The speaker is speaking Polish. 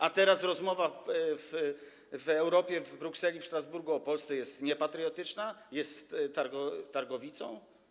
A teraz rozmowa w Europie, w Brukseli, w Strasburgu o Polsce jest niepatriotyczna, jest targowicą?